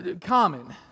common